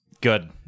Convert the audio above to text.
Good